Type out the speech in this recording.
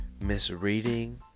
misreading